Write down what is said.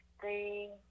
three